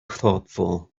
thoughtful